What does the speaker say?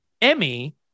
Emmy